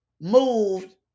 moved